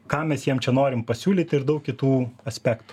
ką mes jiem čia norim pasiūlyt ir daug kitų aspektų